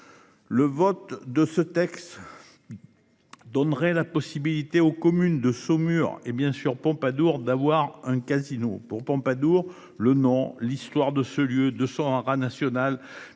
Le vote de ce texte. Donnerait la possibilité aux communes de Saumur et bien sûr Pompadour d'avoir un casino pour Pompadour le nom l'histoire de ce lieu de son haras national